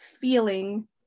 feeling